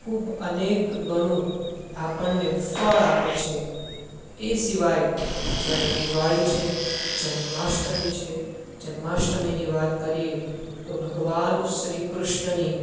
ખૂબ અનેક ગણું દાન આપણને ફળ આપે છે એ સિવાય જ્યારે દિવાળી છે જન્માષ્ટમી છે જન્માષ્ટમીની વાત કરીએ તો ભગવાન શ્રી કૃષ્ણની